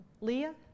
Leah